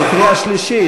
זו קריאה שלישית.